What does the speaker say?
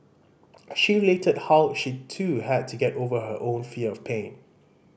she related how she too had to get over her own fear of pain